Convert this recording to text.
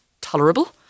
tolerable